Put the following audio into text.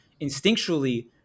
instinctually –